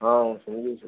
હા હું સમજુ છું